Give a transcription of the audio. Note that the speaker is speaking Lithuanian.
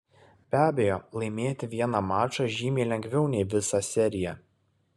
be abejo laimėti vieną mačą žymiai lengviau nei visą seriją